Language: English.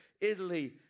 Italy